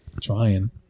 trying